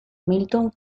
milton